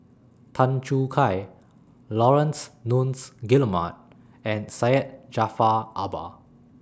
Tan Choo Kai Laurence Nunns Guillemard and Syed Jaafar Albar